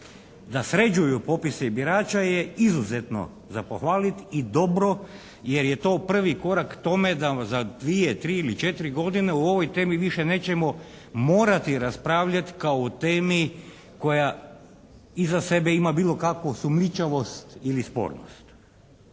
da sređuju popise birača je izuzetno za pohvalit i dobro jer je to prvi korak k tome da vam za dvije, tri ili četiri godine o ovoj temi više nećemo morati raspravljat kao o temi koja iza sebe ima bilo kakvu sumnjičavost ili spornost.